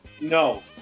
no